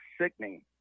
sickening